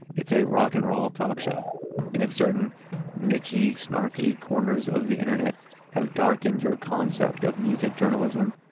it's a rock and roll talk show. and if certain nichey, snarky corners of the internet have darkened your concept of music journalism,